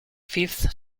fifth